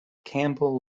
campbell